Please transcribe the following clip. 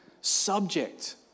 Subject